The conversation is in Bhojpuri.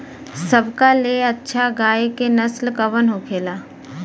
सबका ले अच्छा गाय के नस्ल कवन होखेला?